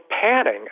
padding